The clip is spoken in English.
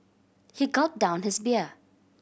he gulp down his beer